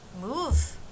move